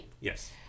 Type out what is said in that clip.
Yes